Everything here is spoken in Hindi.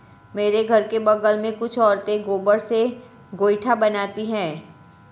मेरे घर के बगल में कुछ औरतें गोबर से गोइठा बनाती है